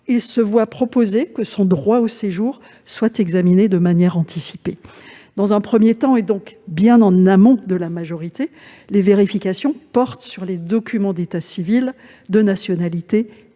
on lui propose que son droit au séjour soit examiné de manière anticipée. Dans un premier temps, donc bien en amont de la majorité, les vérifications portent sur les documents d'état civil, de nationalité et